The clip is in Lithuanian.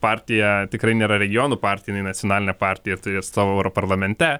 partija tikrai nėra regionų partija jinai nacionalinė partija ir turi atstovų europarlamente